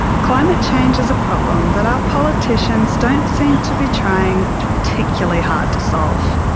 climate change is a problem that our politicians don't seem to be trying particularly hard to solve.